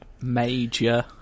Major